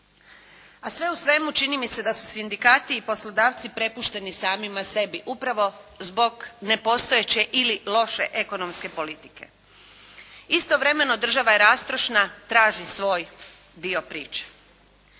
A sve u svemu čini mi se da su sindikati i poslodavci prepušteni samima sebi upravo zbog nepostojeće ili loše ekonomske politike. Istovremeno, država je rastrošna, traži svoj dio priče.